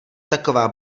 taková